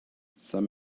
some